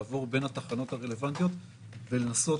לעבור בין התחנות הרלוונטיות ולנסות